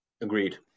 Agreed